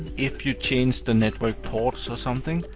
if you change the network ports or something,